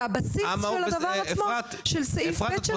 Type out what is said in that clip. זה הבסיס של הדבר עצמו של סעיף ב' שלכם.